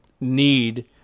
need